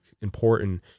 important